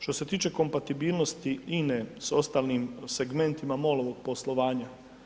Što se tiče kompatibilnosti INA-e, s ostalim segmentima MOL-ovog poslovanja.